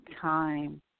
time